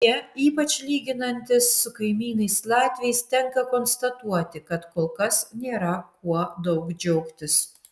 deja ypač lyginantis su kaimynais latviais tenka konstatuoti kad kol kas nėra kuo daug džiaugtis